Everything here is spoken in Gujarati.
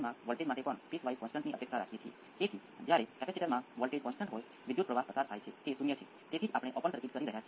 પરંતુ કોઈપણ સ્થિર પ્રણાલી માટે નેચરલ રિસ્પોન્સના ભાગો શૂન્ય થાય છે અને ફોર્સ રિસ્પોન્સ રહેશે